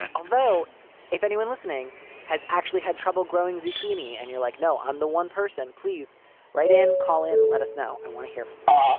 although if anyone listening has actually had trouble growing zucchini and you're like, no, i'm the one person, please write and call in. let us now. i want to hear from you